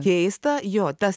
keista jo tas